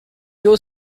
your